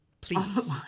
please